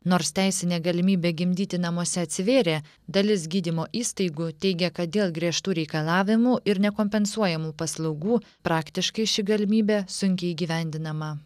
nors teisinė galimybė gimdyti namuose atsivėrė dalis gydymo įstaigų teigia kad dėl griežtų reikalavimų ir nekompensuojamų paslaugų praktiškai ši galimybė sunkiai įgyvendinama